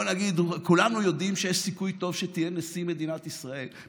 כולנו יודעים שיש סיכוי טוב שתהיה נשיא מדינת ישראל,